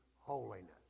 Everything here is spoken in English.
holiness